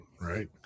right